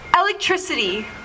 Electricity